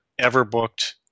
Everbooked